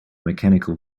mechanical